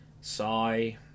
Sigh